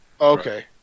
Okay